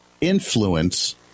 influence